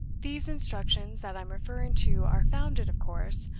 these instructions that i'm referring to are founded, of course,